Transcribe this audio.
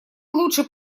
лучше